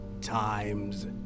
times